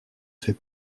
fait